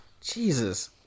Jesus